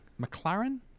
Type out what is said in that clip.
McLaren